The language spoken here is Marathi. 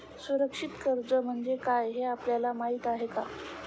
असुरक्षित कर्ज म्हणजे काय हे आपल्याला माहिती आहे का?